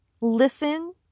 listen